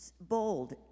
bold